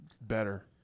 better